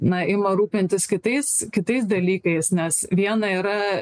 na ima rūpintis kitais kitais dalykais nes viena yra